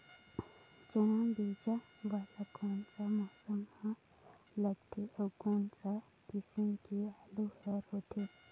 चाना बीजा वाला कोन सा मौसम म लगथे अउ कोन सा किसम के आलू हर होथे?